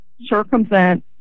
circumvent